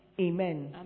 Amen